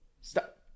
Stop